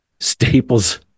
Staples